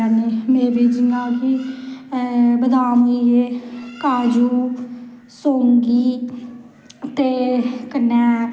लोग शैल शैल शैल चीजां बनांदे जेह्दे कन्नै बसाखी दा ध्याह्र बनाया जंदा ऐ